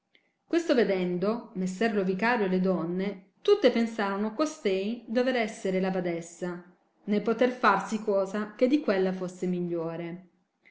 questo vedendo messer lo vicario e le donne tutte pensarono costei dover essere la badessa né poter farsi cosa che di quella fosse migliore